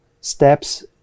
steps